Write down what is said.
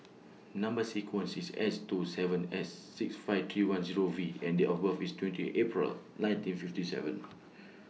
Number sequence IS S two seven S six five three one Zero V and Date of birth IS twenty eight April nineteen fifty seven